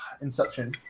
Inception